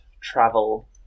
travel